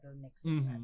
mixes